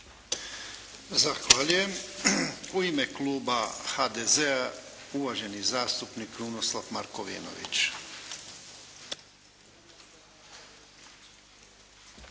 Zahvaljujem. U ime kluba HDZ-a uvaženi zastupnik Krunoslav Markovinović.